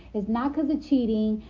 it's not cause of cheating,